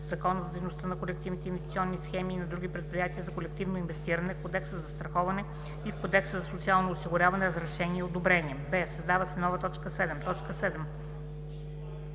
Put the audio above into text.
Закона за дейността на колективните инвестиционни схеми и на други предприятия за колективно инвестиране, Кодекса за застраховане и в Кодекса за социално осигуряване разрешения и одобрения;“ б) създава се нова т. 7: